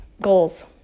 goals